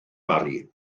mary